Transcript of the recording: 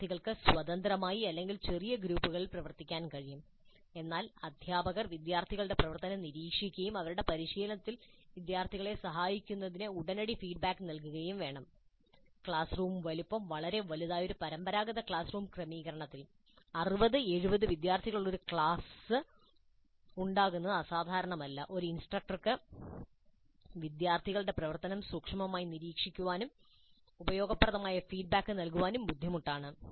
വിദ്യാർത്ഥികൾക്ക് സ്വതന്ത്രമായി അല്ലെങ്കിൽ ചെറിയ ഗ്രൂപ്പുകളായി പ്രവർത്തിക്കാൻ കഴിയും എന്നാൽ അധ്യാപകർ വിദ്യാർത്ഥികളുടെ പ്രവർത്തനം നിരീക്ഷിക്കുകയും അവരുടെ പരിശീലനത്തിൽ വിദ്യാർത്ഥികളെ സഹായിക്കുന്നതിന് ഉടനടി ഫീഡ്ബാക്ക് നൽകുകയും വേണം ക്ലാസ് റൂം വലുപ്പം വളരെ വലുതായ ഒരു പരമ്പരാഗത ക്ലാസ് റൂം ക്രമീകരണത്തിൽ 60 70 വിദ്യാർത്ഥികളുള്ള ഒരു ക്ലാസ് ഉണ്ടാകുന്നത് അസാധാരണമല്ല ഒരു ഇൻസ്ട്രക്ടർക്ക് വിദ്യാർത്ഥികളുടെ പ്രവർത്തനം സൂക്ഷ്മമായി നിരീക്ഷിക്കാനും ഉപയോഗപ്രദമായ ഫീഡ്ബാക്ക് നൽകാനും വളരെ ബുദ്ധിമുട്ടാണ്